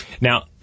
now